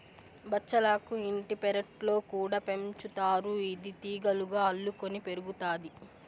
బచ్చలాకు ఇంటి పెరట్లో కూడా పెంచుతారు, ఇది తీగలుగా అల్లుకొని పెరుగుతాది